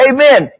Amen